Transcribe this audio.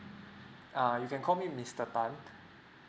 err you can call me mister tan